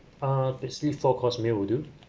ah basically four course meal will do